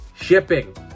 shipping